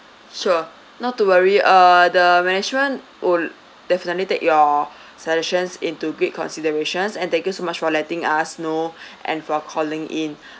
sure not to worry uh the management will definitely take your suggestions into great considerations and thank you so much for letting us know and for calling in